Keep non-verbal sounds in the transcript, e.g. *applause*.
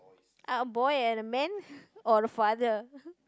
uh a boy and a man *laughs* or a father